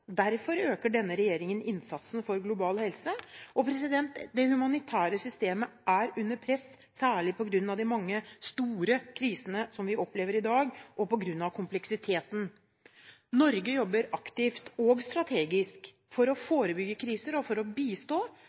Derfor øker denne regjeringen innsatsen for global helse. Det humanitære systemet er under press, særlig på grunn av de mange – store – krisene som vi opplever i dag, og på grunn av kompleksiteten. Norge jobber aktivt og strategisk for å forebygge kriser og for å bistå